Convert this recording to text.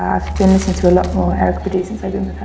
ah i've been listening to a lot more erykah badu since i've been